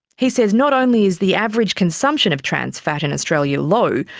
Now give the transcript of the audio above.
he says not only is the average consumption of trans fat in australia low,